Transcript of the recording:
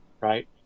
Right